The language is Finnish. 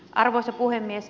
arvoisa puhemies